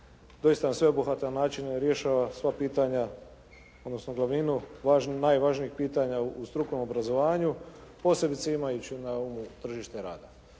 dosita na sveobuhvatan način rješava sva pitanja, odnosno glavninu najvažnijih pitanja u strukovnom obrazovanju, posebice imajući na umu tržište rada.